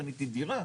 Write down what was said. קניתי דירה.